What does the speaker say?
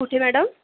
कुठे मॅडम